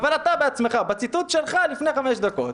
אבל אתה בעצמך, בציטוט שלך לפני חמש דקות,